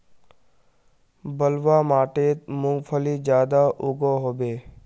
बलवाह माटित मूंगफली ज्यादा उगो होबे?